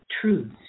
Truths